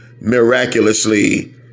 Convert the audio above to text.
miraculously